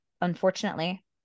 unfortunately